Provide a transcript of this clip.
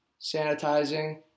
sanitizing